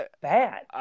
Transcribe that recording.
bad